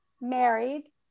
married